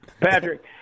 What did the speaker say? Patrick